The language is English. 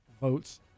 votes